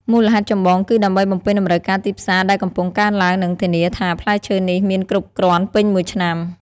មូលហេតុចម្បងគឺដើម្បីបំពេញតម្រូវការទីផ្សារដែលកំពុងកើនឡើង និងធានាថាផ្លែឈើនេះមានគ្រប់គ្រាន់ពេញមួយឆ្នាំ។